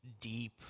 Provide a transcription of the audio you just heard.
deep